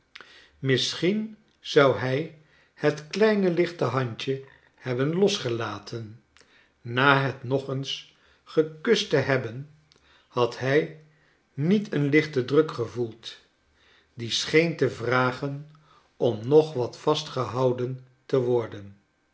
misschien zou hij het kleine lichte handje hebben losgelaten na het nog eens gekust te hebben had hij niet een lichten druk gevoeld die scheen te vragen om nog wat vastgehouden te worden